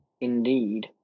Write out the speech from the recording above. Indeed